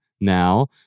now